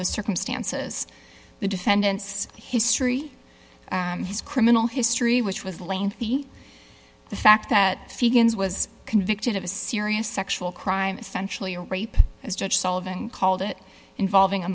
the circumstances the defendant's history his criminal history which was lengthy the fact that figgins was convicted of a serious sexual crime essentially a rape as judge sullivan called it involving a